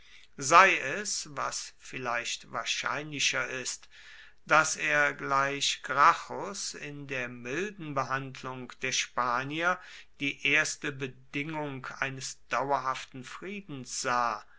sei es was vielleicht wahrscheinlicher ist daß er gleich gracchus in der milden behandlung der spanier die erste bedingung eines dauerhaften friedens sah